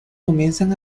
comienzan